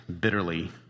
bitterly